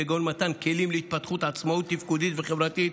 כגון מתן כלים להתפתחות עצמאות תפקודית וחברתית,